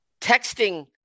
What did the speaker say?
texting